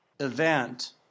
event